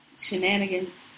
shenanigans